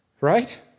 Right